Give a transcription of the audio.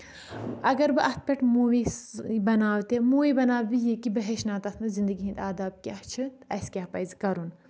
اگر بہٕ اَتھ پؠٹھ موٗوی بَناوٕ تہٕ موٗوی بَناو بہٕ یہِ کہِ بہٕ ہیٚچھناو تَتھ منٛز زندگی ہِنٛدۍ آداب کیاہ چھِ اَسہِ کیاہ پَزِ کَرُن